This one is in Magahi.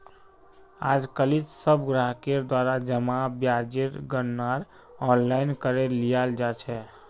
आजकालित सब ग्राहकेर द्वारा जमा ब्याजेर गणनार आनलाइन करे लियाल जा छेक